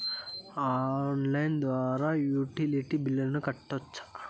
Online ద్వారా utility బిల్లులను కట్టొచ్చా?